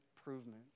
improvement